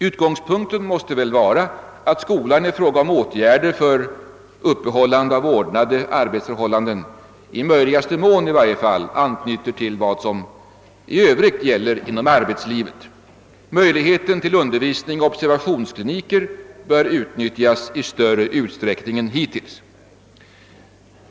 Utgångspunkten måste vara att skolan i fråga om åtgärder för uppehållande av ordnade arbetsförhållanden i möjligaste mån anknyter till vad som i övrigt gäller inom arbetslivet. Möjligheten till undervisning i observationskliniker bör utnyttjas i större utsträckning än hittills.